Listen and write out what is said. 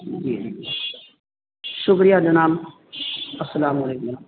جی جی شکریہ جناب السلام علیکم و رحمتہ اللہ